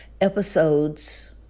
episodes